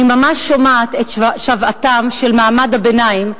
אני ממש שומעת את שוועתו של מעמד הביניים,